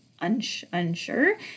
unsure